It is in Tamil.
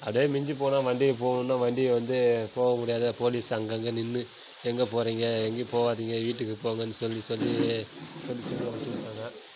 அப்படே மிஞ்சி போனால் வண்டியில் போணுன்னால் வண்டி வந்து போக முடியாத போலீஸ் அங்கங்கே நின்று எங்கே போகறீங்க எங்கேயும் போகாதீங்க வீட்டுக்கு போங்கன்னு சொல்லி சொல்லி